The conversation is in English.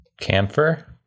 Camphor